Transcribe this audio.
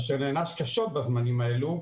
אשר נענש קשות בזמנים האלו,